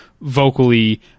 vocally